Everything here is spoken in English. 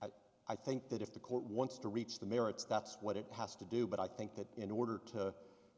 there i think that if the court wants to reach the merits that's what it has to do but i think that in order to